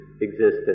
existence